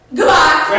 Goodbye